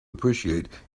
appreciate